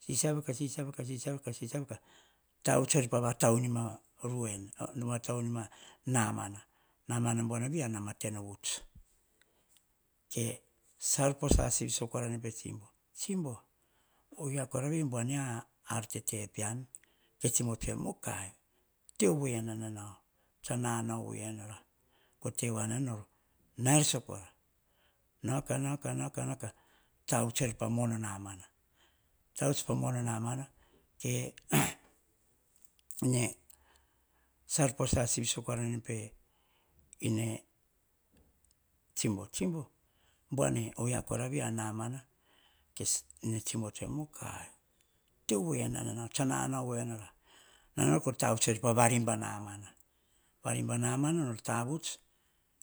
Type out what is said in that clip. Sisiava kah, sisiava, kah sisiava ka sisiava. Kah tavuts er pah vataunima namana namang buanavi anama tenovuts. Ke salposa sivisa koraina oyia kora vei ah ar tetepean mukai. Teovoinanao tsa nano voinoora tevoaha veni nor rail sakora. Kah nauo ka nauo kah tavuts er pah mona namana tuts pah mona namana. Ke salposa sivi sakorane pe ine tsibo. Tsibo boane oia koravei anamana tsibo tsoe ene mukai teovoi nanao, nanu ovoi nora. Nanao nor kor tavuts er pahh variba namana nor tavuts.